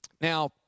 Now